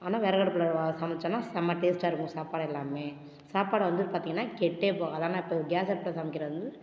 ஆனால் விறகடுப்புல சமைச்சோன்னா செம டேஸ்ட்டாக இருக்கும் சாப்பாடு எல்லாமே சாப்பாடு வந்து பார்த்தீங்கன்னா கெட்டே போகாது ஆனால் இப்போ கேஸ் அடுப்பில் சமைக்கிறது வந்து